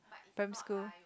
fame school